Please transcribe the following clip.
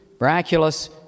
miraculous